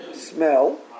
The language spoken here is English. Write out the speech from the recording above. smell